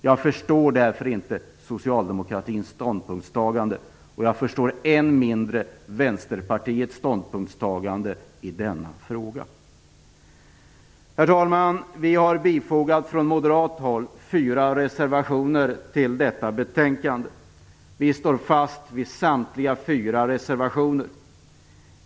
Jag förstår därför inte socialdemokratins ståndpunktstagande, och jag förstår än mindre Vänsterpartiets ståndpunktstagande i denna fråga. Herr talman! Från moderat håll har vi bifogat fyra reservationer till detta betänkande. Vi står fast vid samtliga fyra reservationer.